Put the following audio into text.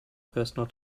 personal